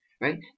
right